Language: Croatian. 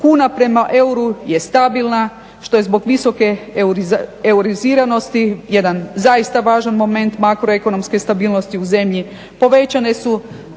Kuna prema euru je stabilna što je zbog visoke euriziranosti jedan zaista važan moment makroekonomske stabilnosti u zemlji. Povećane su